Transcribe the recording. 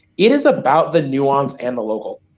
it is about the nuance and the local.